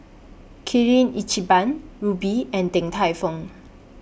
Kirin Lchiban Rubi and Din Tai Fung